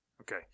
Okay